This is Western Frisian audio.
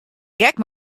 gek